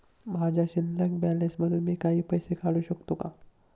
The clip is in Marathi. माझ्या शिल्लक बॅलन्स मधून मी काही पैसे काढू शकतो का?